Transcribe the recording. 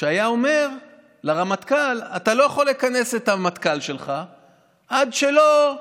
שהיה אומר לרמטכ"ל: אתה לא יכול לכנס את המטכ"ל שלך עד שלא,